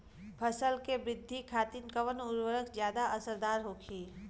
फसल के वृद्धि खातिन कवन उर्वरक ज्यादा असरदार होखि?